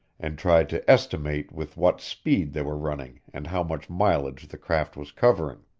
and tried to estimate with what speed they were running and how much mileage the craft was covering.